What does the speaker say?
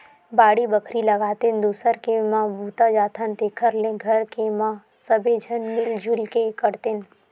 बाड़ी बखरी लगातेन, दूसर के म बूता जाथन तेखर ले घर के म सबे झन मिल जुल के करतेन